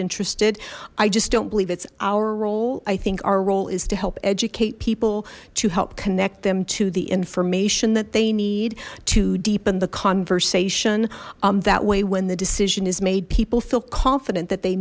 interested i just don't believe it's our role i think our role is to help educate people to help connect them to the information that they need to deepen the conversation that way when the decision is made people feel confident that they